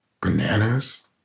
Bananas